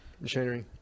machinery